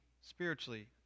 spiritually